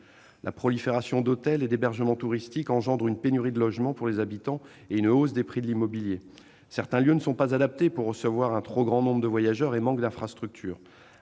La prolifération d'hôtels et d'hébergements touristiques engendre une pénurie de logements pour les habitants et une hausse des prix de l'immobilier. Certains lieux ne sont pas adaptés pour recevoir un trop grand nombre de voyageurs et manquent d'infrastructures.